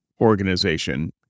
organization